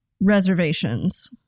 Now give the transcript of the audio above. reservations